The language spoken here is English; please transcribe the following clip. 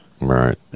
Right